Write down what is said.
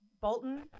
Bolton